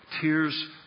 tears